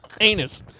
Anus